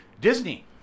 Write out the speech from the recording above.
Disney